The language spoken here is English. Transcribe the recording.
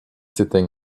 sitting